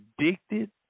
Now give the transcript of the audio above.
Addicted